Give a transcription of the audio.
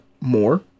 more